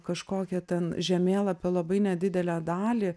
kažkokią ten žemėlapio labai nedidelę dalį